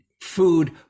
food